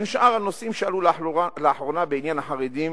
בין שאר הנושאים שעלו לאחרונה בעניין החרדים,